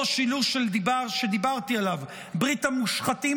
שילוש שדיברתי עליו: ברית המושחתים,